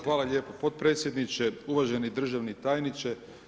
Hvala lijepo podpredsjedniče, uvaženi državni tajniče.